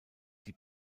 die